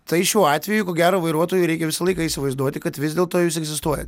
tai šiuo atveju ko gero vairuotojui reikia visą laiką įsivaizduoti kad vis dėlto jūs egzistuojat